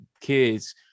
kids